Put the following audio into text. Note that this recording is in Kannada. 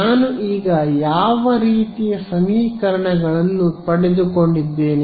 ನಾನು ಈಗ ಯಾವ ರೀತಿಯ ಸಮೀಕರಣಗಳನ್ನು ಪಡೆದುಕೊಂಡಿದ್ದೇನೆ